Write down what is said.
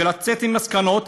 ולצאת עם מסקנות,